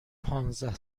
پانزده